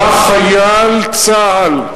בא חייל צה"ל,